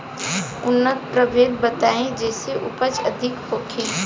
उन्नत प्रभेद बताई जेसे उपज अधिक होखे?